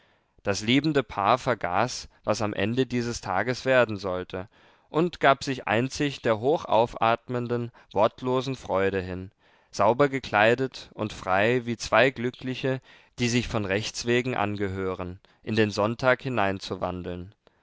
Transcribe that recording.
das liebende paar vergaß was am ende dieses tages werden sollte und gab sich einzig der hochaufatmenden wortlosen freude hin sauber gekleidet und frei wie zwei glückliche die sich von rechts wegen angehören in den sonntag